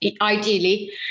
ideally